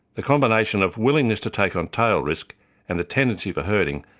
the combination of willingness to take on tail risk and the tendency for herding,